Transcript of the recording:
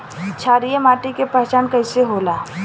क्षारीय माटी के पहचान कैसे होई?